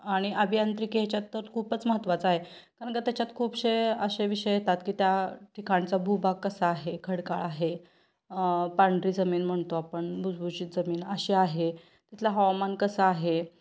आणि अभियांत्रिकी ह्याच्यात तर खूपच महत्त्वाचं आहे कारण का त्याच्यात खूपसे असे विषय येतात की त्या ठिकाणचा भूभाग कसा आहे खडकाळ आहे पांढरी जमीन म्हणतो आपण भुसभुशीत जमीन अशी आहे तिथलं हवामान कसं आहे